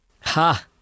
Ha